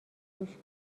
گوش